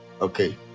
okay